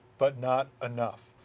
but not enough.